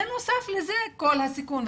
בנוסף לזה כל הסיכון,